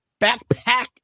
backpack